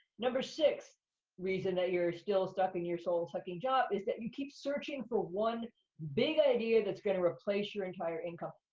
number six reason that you're still stuck in your soul-sucking job is that you keep searching for one big idea that's gonna replace your entire income.